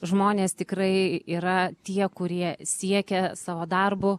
žmonės tikrai yra tie kurie siekia savo darbu